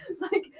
Like-